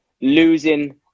losing